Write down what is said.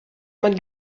man